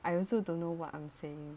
I also don't know what I'm saying